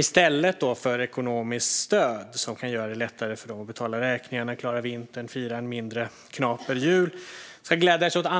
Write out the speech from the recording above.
I stället för ekonomiskt stöd för att göra det lättare för dem att betala räkningarna, klara vintern, fira en mindre knaper jul, ska de glädjas åt andra ting.